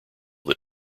that